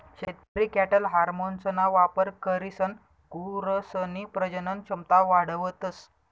शेतकरी कॅटल हार्मोन्सना वापर करीसन गुरसनी प्रजनन क्षमता वाढावतस